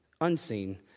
unseen